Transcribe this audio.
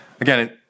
Again